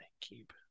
keep